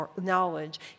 knowledge